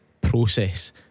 process